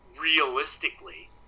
realistically